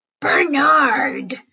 Bernard